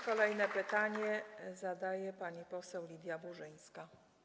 Kolejne pytanie zadaje pani poseł Lidia Burzyńska.